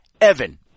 Evan